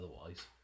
otherwise